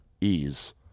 ease